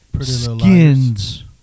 Skins